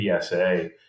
PSA